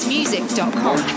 Music.com